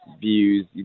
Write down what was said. views